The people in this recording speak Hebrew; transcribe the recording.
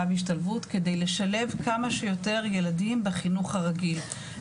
והשתלבות כדי לשלב כמה שיותר ילדים בחינוך הרגיל,